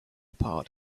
part